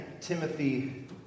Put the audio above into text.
Timothy